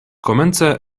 komence